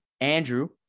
Andrew